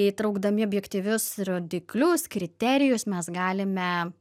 įtraukdami objektyvius rodiklius kriterijus mes galime